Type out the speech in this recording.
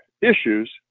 issues